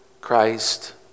Christ